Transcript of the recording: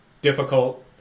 difficult